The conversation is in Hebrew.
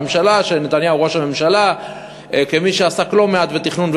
ממשלת הליכוד עשתה את ההתנתקות,